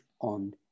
on